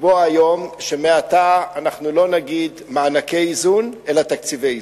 לקבוע היום שמעתה אנחנו לא נגיד מענקי איזון אלא תקציבי איזון.